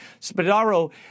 Spadaro